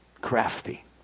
crafty